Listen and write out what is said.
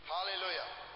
Hallelujah